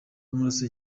w’amaraso